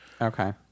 okay